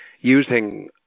using